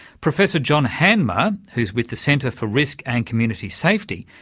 professor john handmer, who's with the centre for risk and community safety,